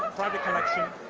ah private collection.